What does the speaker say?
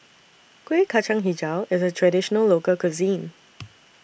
Kuih Kacang Hijau IS A Traditional Local Cuisine